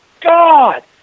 God